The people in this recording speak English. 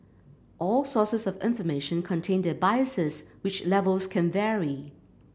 all sources of information contain their biases which levels can vary